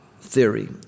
theory